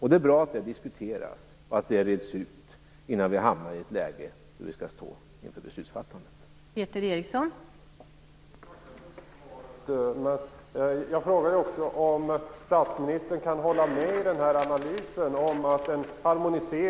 Det är bra att detta diskuteras och reds ut innan vi hamnar i det läge då vi står inför beslutsfattandet.